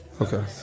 Okay